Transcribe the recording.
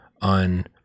on